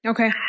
Okay